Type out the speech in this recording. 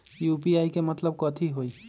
UPI के मतलब कथी होई?